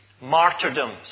martyrdoms